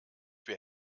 für